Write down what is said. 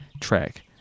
track